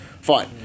Fine